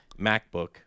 MacBook